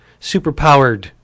superpowered